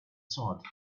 sewed